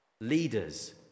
Leaders